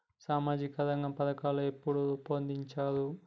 సామాజిక రంగ పథకాలు ఎప్పుడు రూపొందించారు?